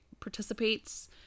participates